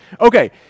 Okay